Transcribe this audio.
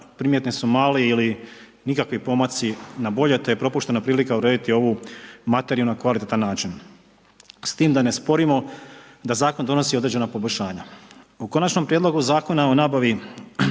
primjetni su mali ili nikakvi pomaci na bolje te je propuštena prilika urediti ovu materiju na kvalitetan način. S tim da ne sporimo da zakon donosi određena poboljšanja. U Konačnom prijedlogu zakona o nabavi